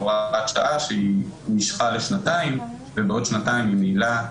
הוראה שעה שהיא לשנתיים ובעוד שנתיים ממילא,